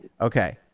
Okay